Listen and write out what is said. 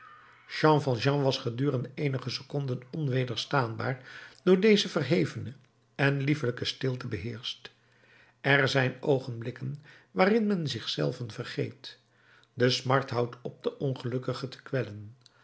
jean valjean was gedurende eenige seconden onwederstaanbaar door deze verhevene en liefelijke stilte beheerscht er zijn oogenblikken waarin men zich zelven vergeet de smart houdt op den ongelukkige te kwellen